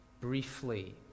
briefly